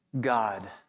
God